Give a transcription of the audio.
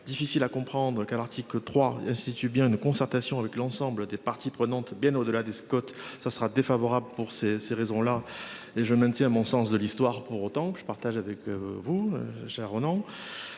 difficile à comprendre qu'l'article 3 instituts bien une concertation avec l'ensemble des parties prenantes bien au-delà des Scott ça sera défavorable pour ces ces raisons-là et je maintiens mon sens de l'histoire pour autant que je partage avec vous Sharon Ronan.